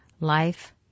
Life